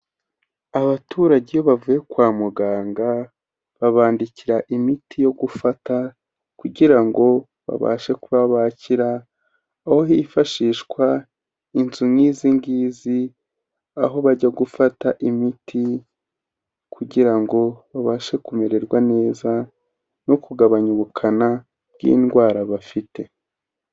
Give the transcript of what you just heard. Abaturage bavuye kwa muganga babandikira imiti yo gufata, kugira ngo babashe kuba bakira, aho hifashishwa inzu nk'izi ngizi, aho bajya gufata imiti kugira ngo babashe kumererwa neza no kugabanya ubukana bw'indwara bafite.